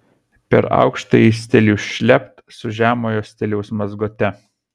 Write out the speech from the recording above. per aukštąjį stilių šlept su žemojo stiliaus mazgote